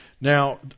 Now